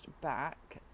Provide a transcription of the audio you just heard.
back